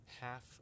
Half